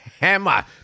hammer